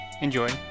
enjoy